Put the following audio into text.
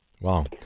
Wow